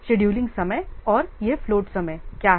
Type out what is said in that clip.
scheduling समय और यह फ़्लोट समय क्या है